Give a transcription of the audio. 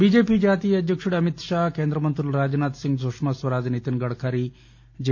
BJP జాతీయ అధ్యకుడు అమిత్ షా కేంద్ర మంత్రులు రాజ్ నాథ్ సింగ్ సుష్మాస్వరాజ్ నితిస్ గడ్కరీ జె